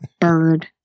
Bird